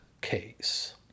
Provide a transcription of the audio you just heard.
case